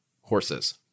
horses